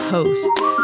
Hosts